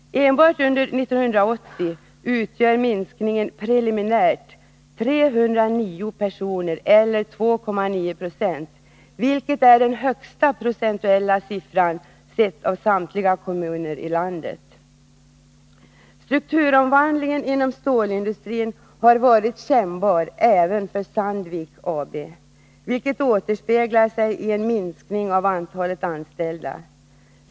Enbart under 1980 utgör minskningen preliminärt 309 personer eller 2,9 26, vilket är den högsta siffran procentuellt sett bland samtliga kommuner i landet. Strukturomvandlingen inom stålindustrin har varit kännbar även för Sandvik AB, vilket återspeglar sigi en minskning av antalet anställda.